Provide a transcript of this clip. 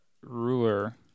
ruler